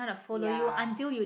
ya